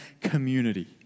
community